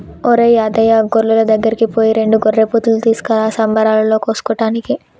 ఒరేయ్ యాదయ్య గొర్రులోళ్ళ దగ్గరికి పోయి రెండు గొర్రెపోతులు తీసుకురా సంబరాలలో కోసుకోటానికి